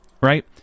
right